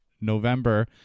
November